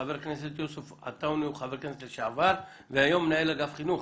חבר הכנסת יוסף אלעטאונה הוא חבר כנסת לשעבר והיום מנהל אגף חינוך.